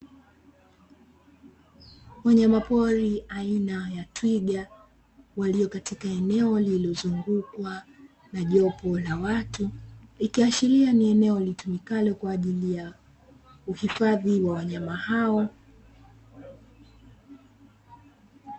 Wanyamapori aina ya twiga walioko katika eneo lililozungukwa na jopo la watu, ikiashiria ni eneo litumikalo kwa ajili ya uhifadhi wa wanyama hao.